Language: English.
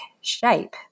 shape